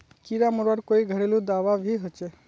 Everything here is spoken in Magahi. कीड़ा मरवार कोई घरेलू दाबा भी होचए?